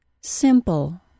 Simple